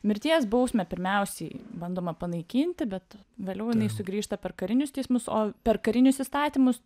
mirties bausmę pirmiausiai bandoma panaikinti bet vėliau jinai sugrįžta per karinius teismus o per karinius įstatymus